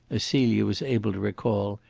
as celia was able to recall,